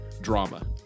Drama